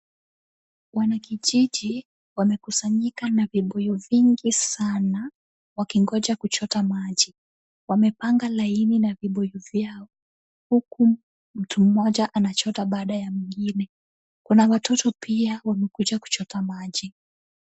Wanakijiji wamekusanyika na vibuyu vingi sana wakingoja kuchota maji. Wamepanga laini na vibuyu vyao huku mtu mmoja anachota baada ya mwingine. Kuna watoto pia wamekuja kuchota maji.